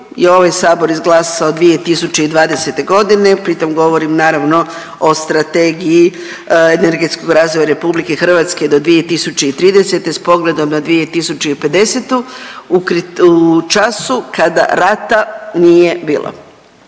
je ovaj Sabor izglasao 2020. godine. Pri tome govorim naravno o Strategiji energetskog razvoja Republike Hrvatske do 2030. s pogledom na 2050. u času kada rata nije bilo.